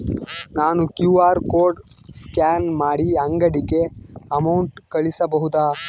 ನಾನು QR code scan ಮಾಡಿ ಅಂಗಡಿಗೆ ಅಮೌಂಟ್ ಕಳಿಸಬಹುದಾ?